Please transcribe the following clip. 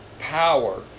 power